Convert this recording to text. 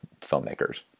filmmakers